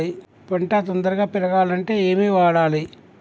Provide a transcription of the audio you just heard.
పంట తొందరగా పెరగాలంటే ఏమి వాడాలి?